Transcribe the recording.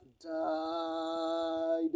died